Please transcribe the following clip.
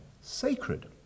sacred